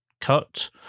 cut